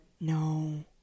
No